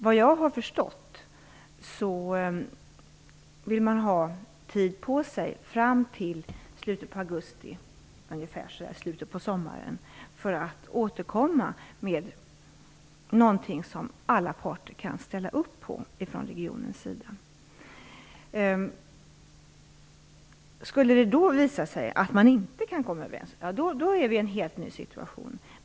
Vad jag har förstått vill man ha tid på sig fram till slutet av augusti innan man återkommer med något som alla parter i regionen kan ställa sig bakom. Om det då skulle visa sig att man inte kan komma överens, då är man i en helt ny situation.